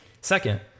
second